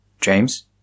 James